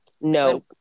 No